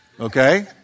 Okay